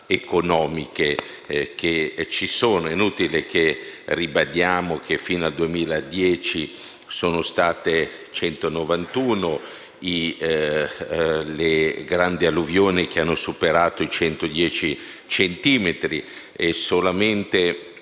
economiche esistenti ed è inutile ribadire che fino al 2010 sono state 191 le grandi alluvioni che hanno superato i 110 centimetri e che solamente